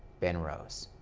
ben rose.